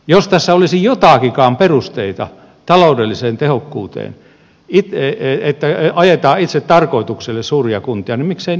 jos tässä olisi joitakinkaan perusteita taloudelliseen tehokkuuteen että ajetaan itsetarkoituksella suuria kuntia niin miksei niitä voi tehdä